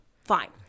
Fine